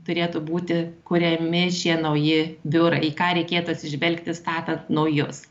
turėtų būti kuriami šie nauji biurai į ką reikėtų atsižvelgti statant naujus